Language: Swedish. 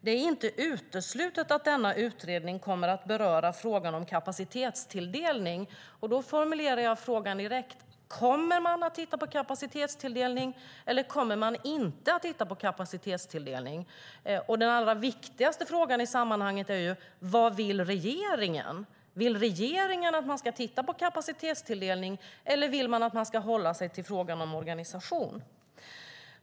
Det är inte uteslutet att denna utredning kommer att beröra frågan om kapacitetstilldelning." Då är min fråga: Kommer man att titta på kapacitetstilldelningen, eller kommer man inte att göra det? Den allra viktigaste frågan i sammanhanget är: Vad vill regeringen? Vill regeringen att man ska titta på kapacitetstilldelningen, eller vill regeringen att man ska hålla sig till frågan om organisationen?